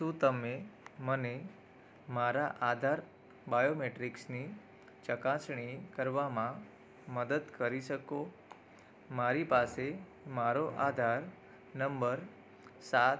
શું તમે મને મારા આધાર બાયોમેટ્રિક્સની ચકાસણી કરવામાં મદદ કરી શકો મારી પાસે મારો આધાર નંબર સાત